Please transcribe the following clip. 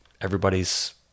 everybody's